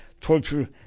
torture